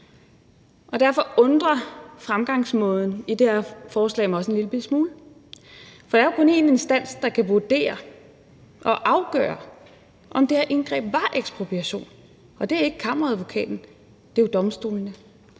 derfor undrer fremgangsmåden i det her forslag mig også en lillebitte smule. For der er jo kun én instans, der kan vurdere og afgøre, om det her indgreb var ekspropriation, og det er ikke Kammeradvokaten; det er jo domstolene.